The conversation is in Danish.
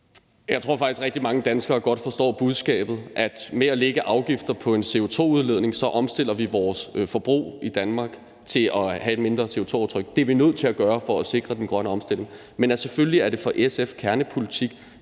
Jeg tror faktisk, at rigtig mange danskere godt forstår budskabet om, at vi ved at lægge afgifter på CO2-udledning omstiller vores forbrug i Danmark, så det får et mindre CO2-aftryk. Det er vi nødt til at gøre for at sikre den grønne omstilling. Men selvfølgelig er det for SF kernepolitik,